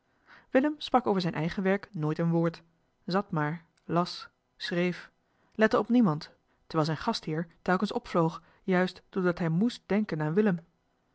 oprecht was over willem's werk sprak deze geen woord zat maar las schreef lette op niemand terwijl zijn gastheer telkens opvloog juist doordat hij moest denken aan willem